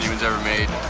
ever made.